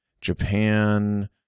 Japan